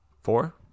Four